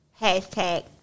hashtag